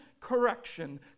correction